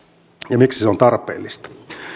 ja miksi se on tarpeellista